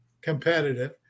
competitive